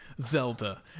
zelda